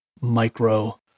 micro